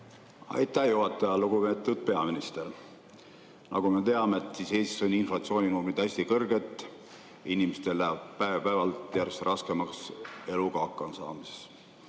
Aitäh, juhataja! Lugupeetud peaminister! Nagu me teame, Eestis on inflatsiooninumbrid hästi kõrged, inimestel läheb päev-päevalt järjest raskemaks eluga hakkama saada.